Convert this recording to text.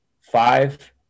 five